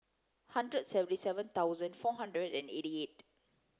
hundred seventy seven thousand four hundred eighty eight